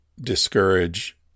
discourage